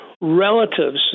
relatives